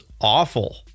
awful